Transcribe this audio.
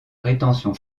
rétention